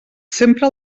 sempre